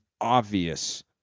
obvious